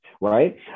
right